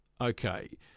Okay